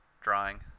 drawing